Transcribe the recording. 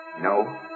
No